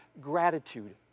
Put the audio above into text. gratitude